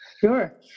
Sure